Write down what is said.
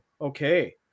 Okay